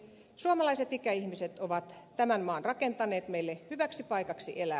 suomalaiset ikäihmiset ovat tämän maan rakentaneet meille hyväksi paikaksi elää